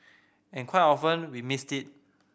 and quite often we missed it